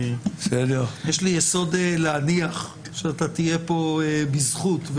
יש לי יסוד להניח, שאתה תהיה פה בזכות.